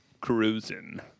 cruising